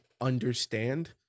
understand